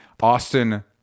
Austin